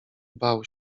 bał